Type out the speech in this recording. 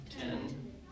Ten